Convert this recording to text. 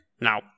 Now